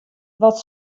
wat